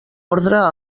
ordre